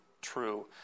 true